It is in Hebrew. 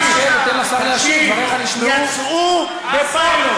אני שמחה לשמוע ששר הרווחה אמר שהוא יגיש הצעה ממשלתית